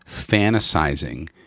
fantasizing